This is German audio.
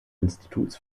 instituts